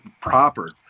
proper